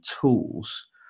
tools